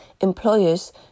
employers